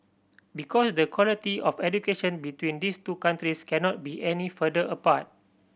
because the quality of education between these two countries cannot be any further apart